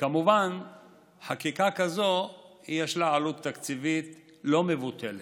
כמובן שלחקיקה כזאת יש עלות תקציבית לא מבוטלת.